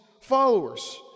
followers